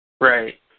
Right